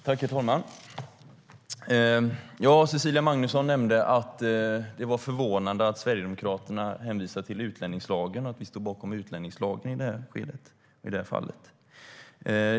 Herr talman! Cecilia Magnusson nämnde att det var förvånande att Sverigedemokraterna hänvisade till utlänningslagen och att vi står bakom den i det här fallet.